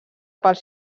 pels